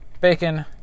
Bacon